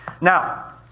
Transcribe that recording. Now